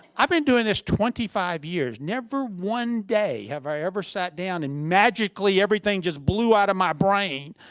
i've been doing this twenty five years. never one day have i ever sat down and magically everything just blew out of my brain.